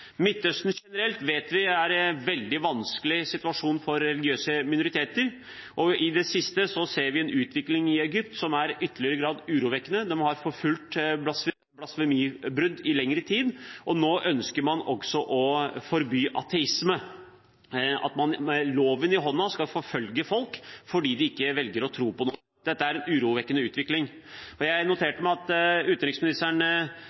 Midtøsten generelt vet vi at det er en veldig vanskelig situasjon for religiøse minoriteter, og i det siste har vi sett en utvikling i Egypt som i ytterligere grad er urovekkende, der man har forfulgt blasfemibrudd i lengre tid og nå også ønsker å forby ateisme – at man med loven i hånd skal forfølge folk fordi de velger ikke å tro på noe. Dette er en urovekkende utvikling. Jeg noterte meg at utenriksministeren var innom dette temaet, og